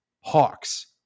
hawks